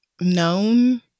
known